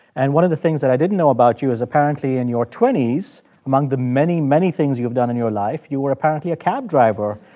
and one of the things that i didn't know about you is apparently in your twenty s, among the many, many things you have done in your life, you were apparently a cab driver.